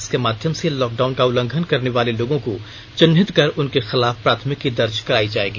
इसके माध्यम से लॉक डाउन का उल्लंघन करने वाले लोगों को चिन्हित कर उनके खिलाफ प्राथमिकी दर्ज करायी जाएगी